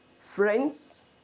Friends